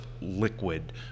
liquid